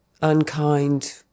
Unkind